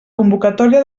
convocatòria